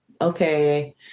Okay